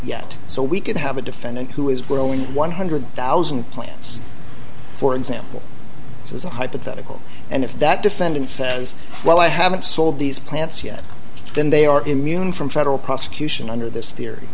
yet so we could have a defendant who is growing one hundred thousand plants for example this is a hypothetical and if that defendant says well i haven't sold these plants yet then they are immune from federal prosecution under this theory